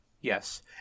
Yes